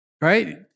right